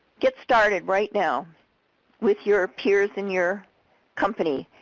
get started right now with your peers and your company.